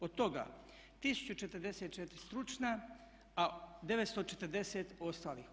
Od toga 1044 stručna a 940 ostalih.